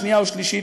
שנייה או שלישית,